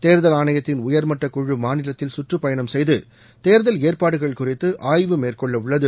தேர்தல் ஆணையத்தின் உயர் மட்ட குழு மாநிலத்தில் சுற்றுப்பயணம் செய்து தேர்தல் ஏற்பாடுகள் குறித்து ஆய்வு மேற்கொள்ளவுள்ளது